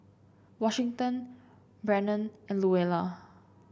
Washington Brennon and Luella